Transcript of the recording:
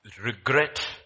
regret